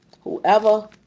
Whoever